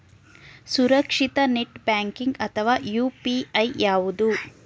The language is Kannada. ಸುರಕ್ಷಿತ ನೆಟ್ ಬ್ಯಾಂಕಿಂಗ್ ಅಥವಾ ಯು.ಪಿ.ಐ ಯಾವುದು?